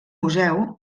museu